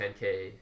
10K